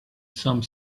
some